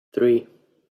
three